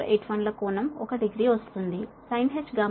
9481 ల కోణం 1 డిగ్రీ వస్తుంది sinh γl 0